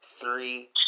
three